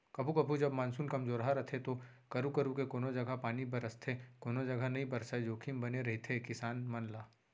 कभू कभू जब मानसून कमजोरहा रथे तो करू करू के कोनों जघा पानी बरसथे कोनो जघा नइ बरसय जोखिम बने रहिथे किसान मन ला